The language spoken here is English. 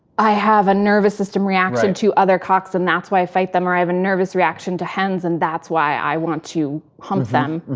i have a nervous system reaction to other cocks and that's why i fight them, or i have a nervous system reaction to hens and that's why i want to hump them.